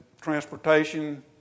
transportation